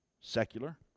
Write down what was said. secular